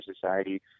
society